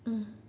mm